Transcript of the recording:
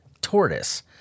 tortoise